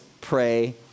pray